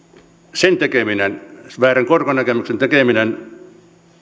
sen tekeminen ei siis väärän korkonäkemyksen tekeminen